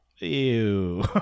Ew